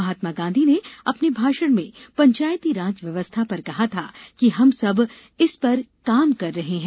महात्मा गांधी ने अपने भाषण में पंचायती राज व्यवस्था पर कहा था कि हम सब इस पर काम कर रहे हैं